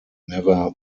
never